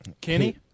Kenny